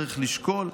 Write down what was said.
צריך לשקול,